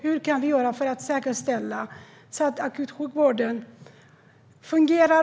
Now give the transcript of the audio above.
Hur kan vi säkerställa att akutsjukvården fungerar?